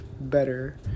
better